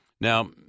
Now